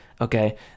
okay